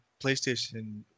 PlayStation